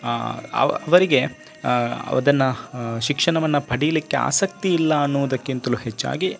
ಅವ ಅವರಿಗೆ ಅದನ್ನು ಶಿಕ್ಷಣವನ್ನು ಪಡೀಲಿಕ್ಕೆ ಆಸಕ್ತಿ ಇಲ್ಲ ಅನ್ನೋದಕ್ಕಿಂತಲೂ ಹೆಚ್ಚಾಗಿ